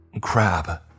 Crab